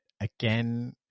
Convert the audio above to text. again